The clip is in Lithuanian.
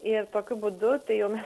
ir tokiu būdu tai jau mes